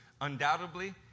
Undoubtedly